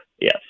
Yes